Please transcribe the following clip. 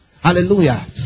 Hallelujah